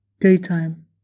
Daytime